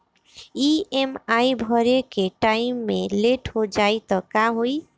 EMI भरे के time मे लेट हो जायी त का होई?